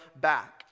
back